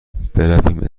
برویم